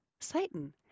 Satan